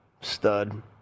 stud